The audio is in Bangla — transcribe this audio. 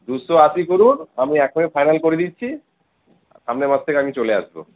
দুশো আশি করুন আমি এখনই ফাইনাল করে দিচ্ছি সামনের মাস থেকে আমি চলে আসবো